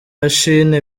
imashini